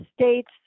state's